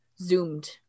Zoomed